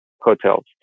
Hotels